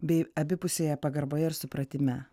bei abipusėje pagarboje ir supratime